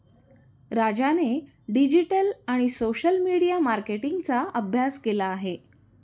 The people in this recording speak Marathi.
राजाने डिजिटल आणि सोशल मीडिया मार्केटिंगचा अभ्यास केला आहे